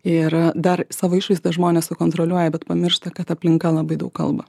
ir dar savo išvaizdą žmonės sukontroliuoja bet pamiršta kad aplinka labai daug kalba